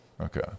Okay